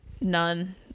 None